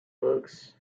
books